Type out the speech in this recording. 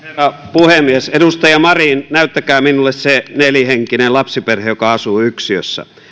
puhemies edustaja marin näyttäkää minulle se nelihenkinen lapsiperhe joka asuu yksiössä